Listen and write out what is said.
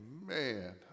Man